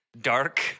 dark